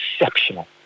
exceptional